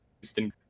Houston